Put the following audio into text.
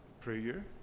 prayer